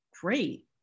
great